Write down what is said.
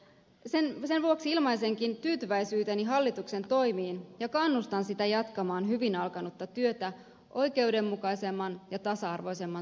sen vuoksi ilmaisenkin tyytyväisyyteni hallituksen toimiin ja kannustan sitä jatkamaan hyvin alkanutta työtä oikeudenmukaisemman ja tasa arvoisemman suomen puolesta